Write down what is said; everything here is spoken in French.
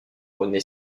rené